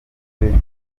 mwumve